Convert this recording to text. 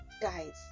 Guys